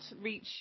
reach